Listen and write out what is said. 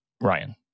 Ryan